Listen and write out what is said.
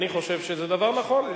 אני חושב שזה דבר נכון.